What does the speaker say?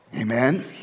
Amen